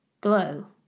glow